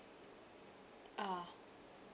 ah